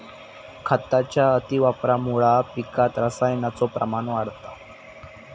खताच्या अतिवापरामुळा पिकात रसायनाचो प्रमाण वाढता